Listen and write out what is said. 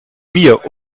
mir